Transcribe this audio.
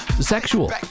sexual